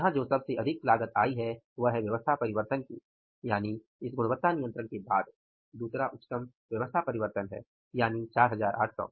यहां जो सबसे अधिक लागत आई है वह है व्यवस्था परिवर्तन की यानि इस गुणवत्ता नियंत्रण के बाद दूसरा उच्चतम व्यवस्था परिवर्तन का है यानि 4800